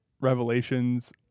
revelations